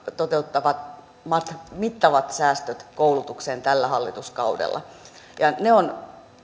toteuttamat mittavat säästöt koulutukseen tällä hallituskaudella ne ovat